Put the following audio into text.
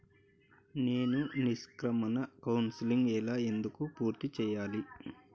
నేను నిష్క్రమణ కౌన్సెలింగ్ ఎలా ఎందుకు పూర్తి చేయాలి?